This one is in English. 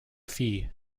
fee